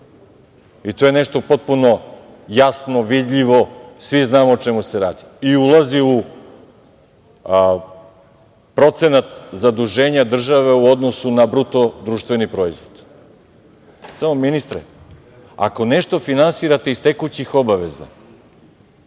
i to je nešto potpuno jasno, vidljivo, svi znamo o čemu se radi i ulazi u procenat zaduženja države u odnosu na BDP.Samo, ministre, ako nešto finansirate iz tekućih obaveza,